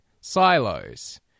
silos